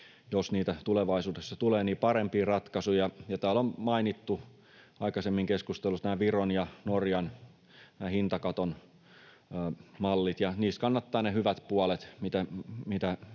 jos niitä tulevaisuudessa tulee, parempia ratkaisuja. Täällä keskustelussa on mainittu aikaisemmin nämä Viron ja Norjan hintakaton mallit, ja niistä kannattaa ne hyvät puolet,